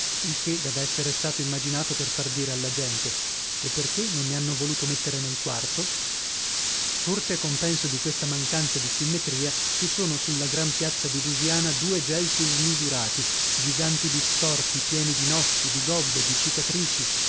il che deve essere stato immaginato per far dire alla gente e perchè non ne hanno voluto mettere nel quarto forse a compenso di questa mancanza di simmetria ci sono sulla gran piazza di dusiana due gelsi smisurati giganti bistorti pieni di nocchi di gobbe di cicatrici